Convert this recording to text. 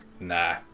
Nah